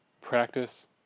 practice